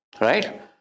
Right